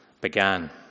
began